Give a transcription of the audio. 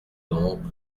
donc